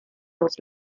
los